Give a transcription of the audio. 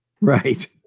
Right